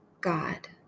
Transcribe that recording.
God